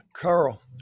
carl